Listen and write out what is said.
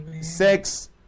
Sex